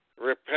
repent